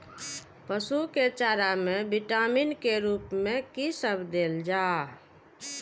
पशु के चारा में विटामिन के रूप में कि सब देल जा?